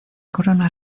corona